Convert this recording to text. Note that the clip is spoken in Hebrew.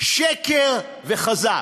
שקר וכזב,